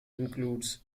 includes